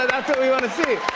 what we want to see.